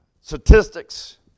statistics